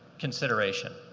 consideration.